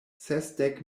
sesdek